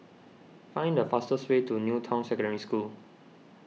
find the fastest way to New Town Secondary School